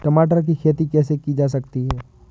टमाटर की खेती कैसे की जा सकती है?